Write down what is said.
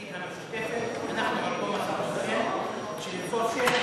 חבר הכנסת ביטן, כשנבחר שם,